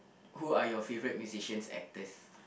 who are your favourite musicians actors